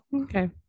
okay